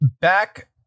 back